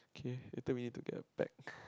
okay later we need to get a pack